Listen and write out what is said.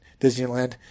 Disneyland